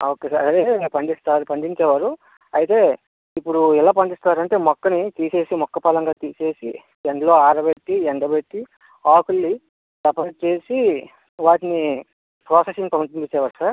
okay sir అదే పండిస్తారు పండించేవారు అయితే ఇప్పుడు ఎలా పండిస్తారు అంటే మొక్కని తీసేసి మొక్క పరంగా తీసేసి ఎండలో ఆరబెట్టి ఎండలో ఎండబెట్టి ఆకుల్ని సపరేట్ చేసి వాటిని ప్రాసెసింగ్ కౌంటింగ్ చేయాలి సార్